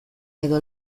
edo